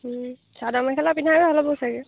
চাদৰ মেখেলা পিন্ধাই ভাল হ'ব চাগে